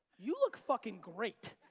you look fuckin' great.